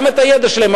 גם את הידע שלהם,